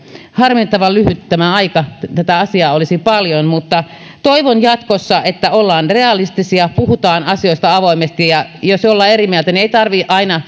harmittavan lyhyt tämä aika asiaa olisi paljon mutta toivon jatkossa että ollaan realistisia puhutaan asioista avoimesti ja ja jos ollaan eri mieltä niin ei tarvitse aina